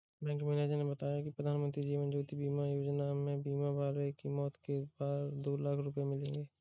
bank manager ने बताया कि प्रधानमंत्री जीवन ज्योति बीमा योजना में बीमा वाले की मौत पर दो लाख रूपये मिलेंगे